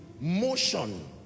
motion